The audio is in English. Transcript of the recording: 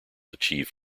achieve